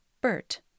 Bert